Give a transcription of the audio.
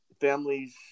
families